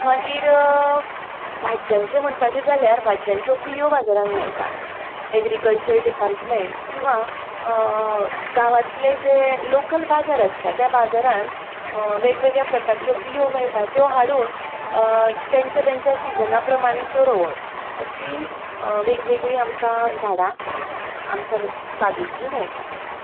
मागीर भाज्यांचे म्हणपाचें जाल्यार भाज्यांच्यो बियो बाजारांत मेळटात एग्रीकल्चर डिपार्टमेंट किंवां गांवांतले जे लोकल बाजार आसतात त्या बाजारान वेगवेगळ्या प्रकारच्यो बियो मेळटात त्यो हाडून तेंच्या तेंच्या सिजना प्रमाणे त्यो रोंवप अशी वेगवेगळी आमकां झाडां आमच्या बागेंतलीं मेळटात